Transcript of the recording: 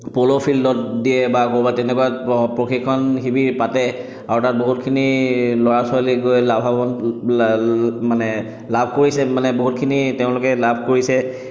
প'ল' ফিল্ডত দিয়ে বা ক'ৰবাত তেনেকুৱাত প্ৰশিক্ষণ শিবিৰ পাতে আৰু তাত বহুতখিনি ল'ৰা ছোৱালী গৈ লাভাৱান্ মানে লাভ কৰিছে মানে বহুতখিনি তেওঁলোকে লাভ কৰিছে